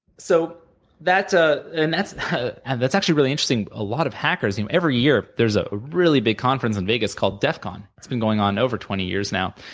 so that ah and that's ah and that's actually really interesting. a lot of hackers you know every year, there's a really big conference in vegas called def con. it's been going on over twenty years, now,